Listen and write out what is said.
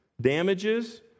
damages